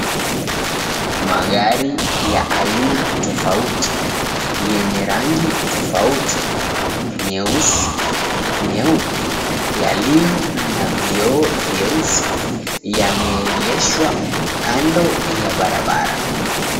Magari ya aina tofauti yenye rangi tofauti nyeusi, nyeupe yaliyo na vioo vyeusi yameegeshwa kando ya barabara.